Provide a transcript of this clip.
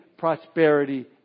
prosperity